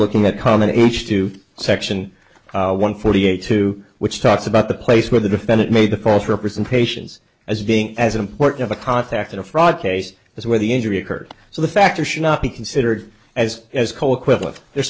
looking at common h two section one forty eight two which talks about the place where the defendant made the false representations as being as important of a contract in a fraud case as where the injury occurred so the factor should not be considered as as colquitt of they're